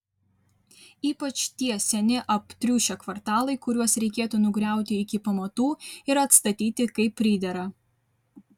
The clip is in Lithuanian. ypač tie seni aptriušę kvartalai kuriuos reikėtų nugriauti iki pamatų ir atstatyti kaip pridera